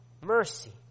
Mercy